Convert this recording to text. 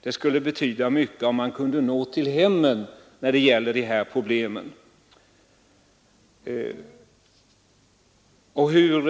Det skulle betyda mycket om man kunde nå hemmen när det gäller dessa problem. Hur